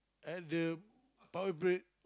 at the power brain